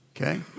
okay